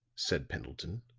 said pendleton.